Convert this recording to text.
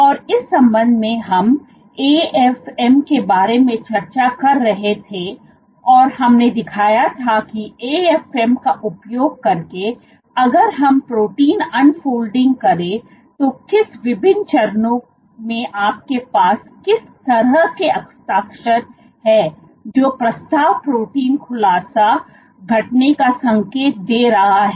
और इस संबंध में हम A F M के बारे में चर्चा कर रहे थे और हमने दिखाया था कि A F M का उपयोग करके अगर हम प्रोटीन अनफोल्डिंग करें तो किस विभिन्न चरणों में आपके पास किस तरह के हस्ताक्षर हैं जो प्रस्ताव प्रोटीन खुलासा घटने का संकेत दे रहा है